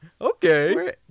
Okay